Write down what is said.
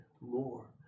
more